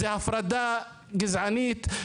זו הפרדה גזענית,